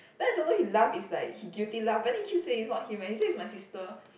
then I don't know he laugh is like he guilty laugh but then he keep saying is not him eh he say is my sister